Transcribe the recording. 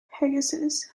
pegasus